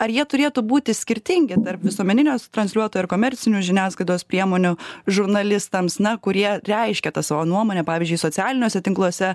ar jie turėtų būti skirtingi tarp visuomeninio transliuotojo ir komercinių žiniasklaidos priemonių žurnalistams na kurie reiškia tą savo nuomonę pavyzdžiui socialiniuose tinkluose